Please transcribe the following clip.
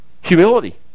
Humility